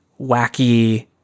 wacky